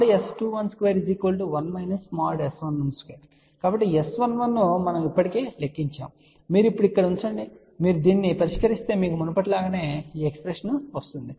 కాబట్టి S11 మనము ఇప్పటికే లెక్కించాము మీరు ఇప్పుడు ఇక్కడ ఉంచండి మీరు దీనిని పరిష్కరిస్తే మీకు మునుపటిలాగే ఈ ఎక్స్ప్రెషన్ వస్తుంది